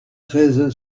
treize